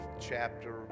chapter